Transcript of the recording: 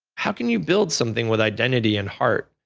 how can you build something with identity and heart?